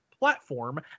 platform